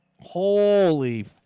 Holy